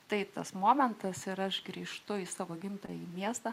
tai tas momentas ir aš grįžtu į savo gimtąjį miestą